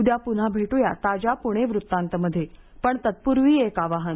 उद्या पुन्हा भेटू ताज्या पुणे वृत्तांतमध्ये पण तत्पूर्वी एक आवाहन